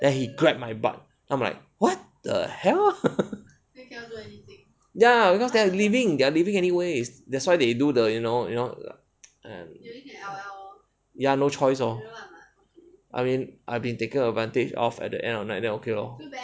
then he grabbed my butt I'm like what the hell ya because they are leaving they are leaving anyways that's why they do the you know you know ya no choice lor I mean I've been taken advantage of at the end of night then okay lor